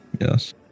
yes